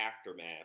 aftermath